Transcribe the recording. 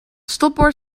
stopbord